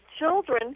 children